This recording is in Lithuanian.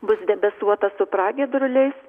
bus debesuota su pragiedruliais